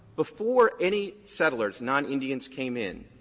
before any settlers, non-indians, came in,